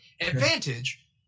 advantage